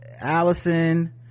allison